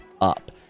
up